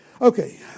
Okay